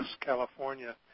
California